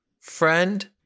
friend